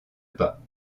pas